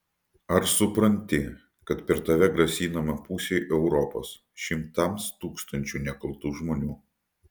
ar supranti kad per tave grasinama pusei europos šimtams tūkstančių nekaltų žmonių